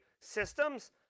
Systems